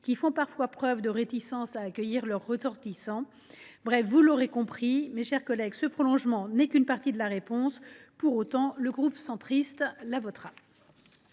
qui font parfois preuve de réticence à accueillir leurs ressortissants. Vous l’aurez compris, mes chers collègues, ce prolongement n’est qu’une partie de la réponse. Pour autant, le groupe Union Centriste votera